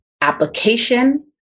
application